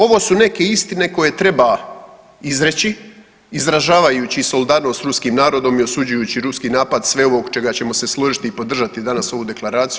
Ovo se neke istine koje treba izreći izražavajući solidarnost s ruskim narodom i osuđujući ruski napad sve ovo oko čega ćemo se složiti i podržati danas ovu deklaraciju.